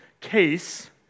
case